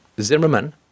Zimmerman